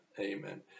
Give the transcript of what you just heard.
Amen